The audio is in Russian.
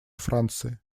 франции